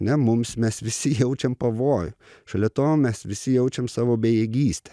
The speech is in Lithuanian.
ne mums mes visi jaučiame pavojų šalia to mes visi jaučiam savo bejėgystę